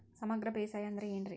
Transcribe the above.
ಸಮಗ್ರ ಬೇಸಾಯ ಅಂದ್ರ ಏನ್ ರೇ?